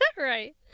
Right